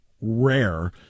rare